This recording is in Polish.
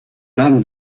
plan